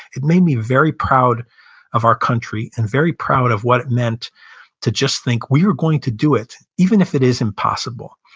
it made me very proud of our country and very proud of what it meant to just think, we are going to do it, even if it is impossible.